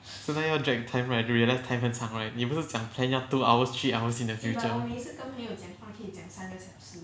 so now 要 drag time right to realise time 很长 right 你不是讲 plan 要 two hour three hours in the future